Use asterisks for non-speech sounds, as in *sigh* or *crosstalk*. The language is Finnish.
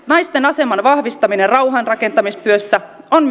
naisten aseman vahvistaminen rauhanrakentamistyössä on *unintelligible*